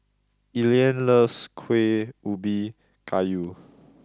Elian loves Kuih Ubi Kayu